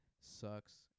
sucks